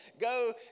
go